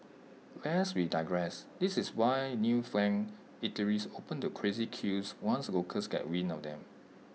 lest we digress this is why newfangled eateries open to crazy queues once locals get wind of them